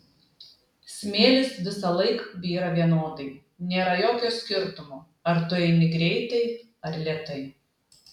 smėlis visąlaik byra vienodai nėra jokio skirtumo ar tu eini greitai ar lėtai